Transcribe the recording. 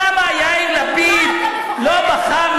למה יאיר לפיד, למה?